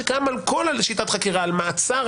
שקיים על כל שיטת חקירה: על מעצר,